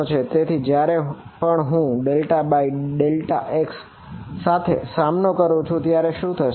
તેથી જ્યારે પણ હું ∂∂x સાથે સામનો કરું છું ત્યારે શું થશે